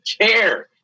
care